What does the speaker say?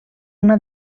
una